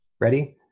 Ready